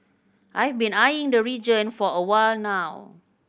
I've been eyeing the region for a while now